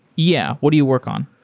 yeah. what do you work on?